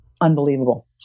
Unbelievable